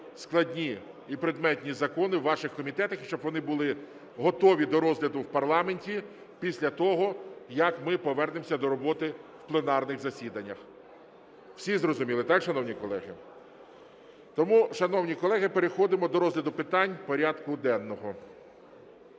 складні і предметні закони у ваших комітетах, і щоб вони були готові до розгляду в парламенті після того, як ми повернемося до роботи в пленарних засіданнях. Всі зрозуміли, так, шановні колеги? Тому, шановні колеги, переходимо до розгляду питань порядку денного.